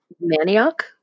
manioc